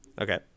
Okay